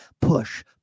push